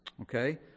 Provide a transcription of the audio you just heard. Okay